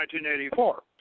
1984